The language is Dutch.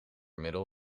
middel